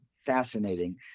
fascinating